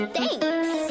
Thanks